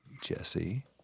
Jesse